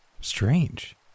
strange